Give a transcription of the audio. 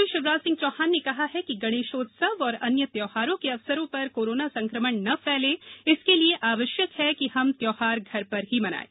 मुख्यंत्री षिवराज सिंह चौहान ने कहा है कि गणेष उत्सव और अन्य त्यौहार के अवसरों पर कोरोना संकमण न फैले इसके लिए आवष्यक है कि हम त्यौहार घर पर ही मनाये